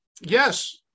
Yes